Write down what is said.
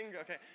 Okay